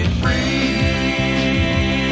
free